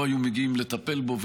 לא היו מגיעים לטפל בו,